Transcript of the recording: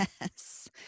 Yes